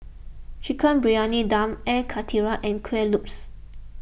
Chicken Briyani Dum Air Karthira and Kuih Lopes